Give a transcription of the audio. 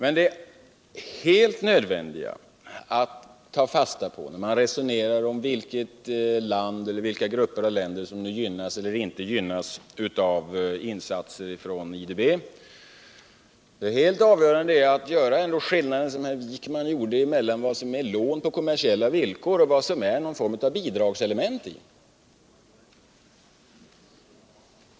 Vad man måste ta fasta på när man resonerar om vilka länder eller grupper av länder som gynnas eller inte gynnas av insatser från IDB —det gjorde också herr Wijkman — är skillnaden mellan vad som är lån på kommersiella villkor och vad som har någon form av bidragselement i sig.